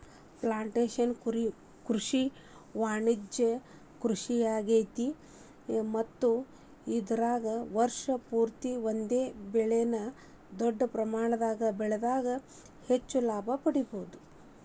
plantation ಕೃಷಿ ವಾಣಿಜ್ಯ ಕೃಷಿಯಾಗೇತಿ ಮತ್ತ ಇದರಾಗ ವರ್ಷ ಪೂರ್ತಿ ಒಂದೇ ಬೆಳೆನ ದೊಡ್ಡ ಪ್ರಮಾಣದಾಗ ಬೆಳದಾಗ ಹೆಚ್ಚ ಲಾಭ ಪಡಿಬಹುದ